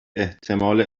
احتمال